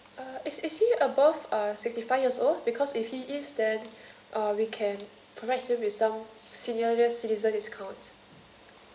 uh is is he above uh sixty five years old because if he is then uh we can provide him with some senior citizen discount